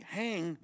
hang